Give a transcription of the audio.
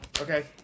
Okay